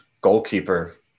goalkeeper